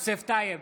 יוסף טייב,